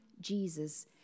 Jesus